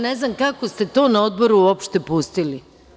Ne znam kako ste to na odboru to uopšte pustili.